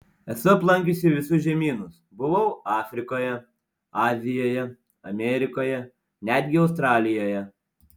esu aplankiusi visus žemynus buvau afrikoje azijoje amerikoje netgi australijoje